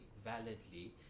validly